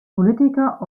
politiker